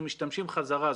אנחנו משתמשים חזרה.